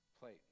plate